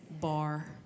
Bar